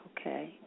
okay